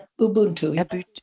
Ubuntu